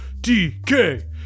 DK